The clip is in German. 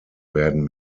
werden